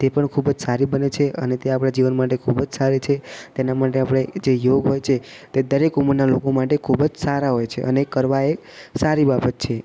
તે પણ ખૂબ જ સારી બને છે અને તે આપણાં જીવન માટે ખૂબ જ સારી છે તેના માટે આપણે જે યોગ હોય છે તે દરેક ઉંમરનાં લોકો માટે ખૂબ જ સારા હોય છે અને કરવા એ સારી બાબત છે